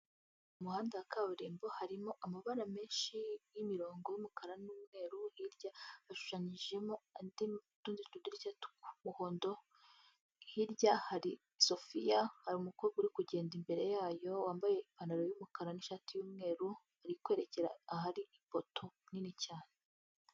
Mu muhanda wa kaburimbo harimo amabara menshi y'imirongo y'umukara n'umweru, hirya hashushanyijemo utundi tudirishya tw'umuhondo, hirya hari sofiya; hari umukobwa uri kugenda imbere yayo wambaye ipantaro y'umukara n'ishati y'umweru, ari kwerekera ahari ipoto nini cyane.